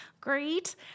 Great